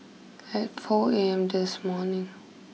at four A M this morning